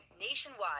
Nationwide